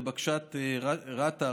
לבקשת רת"א,